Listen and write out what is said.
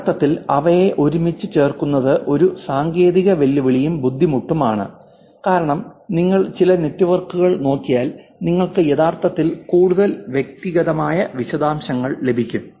യഥാർത്ഥത്തിൽ അവയെ ഒരുമിച്ച് ചേർക്കുന്നന്നത് ഒരു സാങ്കേതിക വെല്ലുവിളിയും ബുദ്ധിമുട്ടാണ് കാരണം നിങ്ങൾ ചില നെറ്റ്വർക്കുകൾ നോക്കിയാൽ നിങ്ങൾക്ക് യഥാർത്ഥത്തിൽ കൂടുതൽ വ്യക്തിഗതമായ വിശദാംശങ്ങൾ ലഭിക്കും